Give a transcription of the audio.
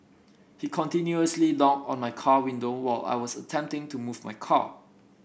he continuously knocked on my car window while I was attempting to move my car